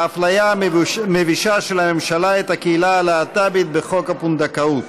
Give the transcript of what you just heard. האפליה המבישה של הממשלה את הקהילה הלהט"בית בחוק הפונדקאות.